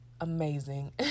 amazing